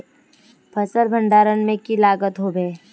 फसल भण्डारण में की लगत होबे?